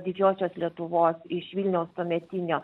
didžiosios lietuvos iš vilniaus tuometinio